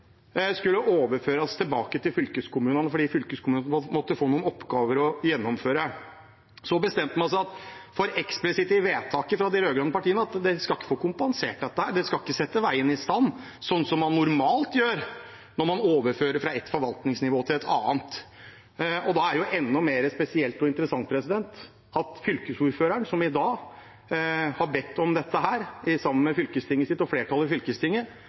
skulle overføres tilbake til fylkeskommunene fordi fylkeskommunene måtte få noen oppgaver å gjennomføre. Så bestemte man seg for, det sto eksplisitt i vedtaket fra de rød-grønne partiene, at man skulle ikke få kompensert dette, de skal ikke sette veien i stand, som er normalt når man overfører fra et forvaltningsnivå til et annet. Da er det enda mer spesielt og interessant at fylkesordføreren som i dag har bedt om dette, sammen med flertallet i fylkestinget sitt, den gangen satt i